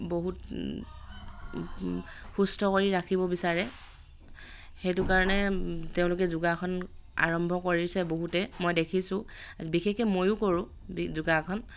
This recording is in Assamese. বহুত সুস্থ কৰি ৰাখিব বিচাৰে সেইটো কাৰণে তেওঁলোকে যোগাসন আৰম্ভ কৰিছে বহুতে মই দেখিছোঁ বিশেষকৈ ময়ো কৰোঁ বি যোগাসন